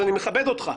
אז אני מכבד אותך.